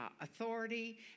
authority